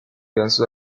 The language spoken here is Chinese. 元素